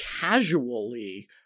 casually